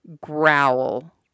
growl